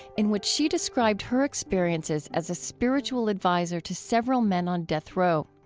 in which she described her experiences as a spiritual adviser to several men on death row.